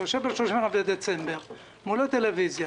שיושב ב-31 בדצמבר מול הטלוויזיה,